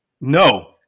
No